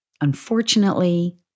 Unfortunately